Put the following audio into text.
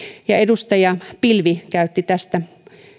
edustaja torsti käytti